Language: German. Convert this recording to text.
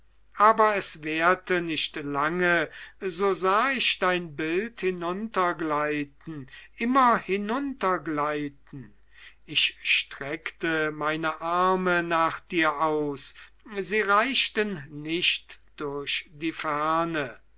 aber es währte nicht lange so sah ich dein bild hinuntergleiten immer hinuntergleiten ich streckte meine arme nach dir aus sie reichten nicht durch die ferne